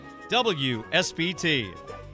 WSBT